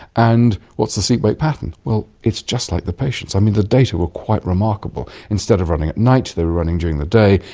and what's the sleep-wake pattern? well, it's just like the patients. i mean, the data were quite remarkable. instead of running at night they were running during the day,